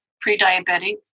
pre-diabetic